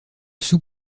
sous